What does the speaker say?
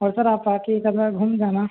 और सर आप आकर समय घूम जाना